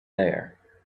there